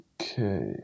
okay